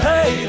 Hey